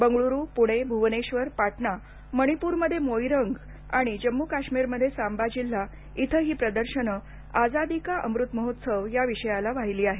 बंगळ्रू पुणे भुवनेश्वर पाटणा मणीपुर मध्ये मोईरंग आणि जम्मू काश्मीरमध्ये सांबा जिल्हा इथं ही प्रदर्शनं आजादीका अमृत महोत्सव या विषयाला वाहिली आहेत